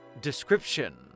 Description